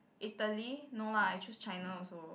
Italy no lah I choose China also